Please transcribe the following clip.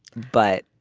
but.